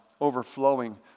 overflowing